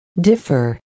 Differ